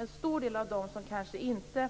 En stor del av dem som inte